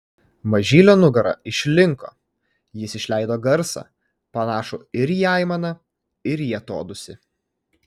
mažylio nugara išlinko jis išleido garsą panašų ir į aimaną ir į atodūsį